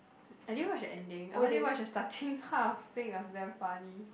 I didn't watch the ending I only watch the starting half I think it was damn funny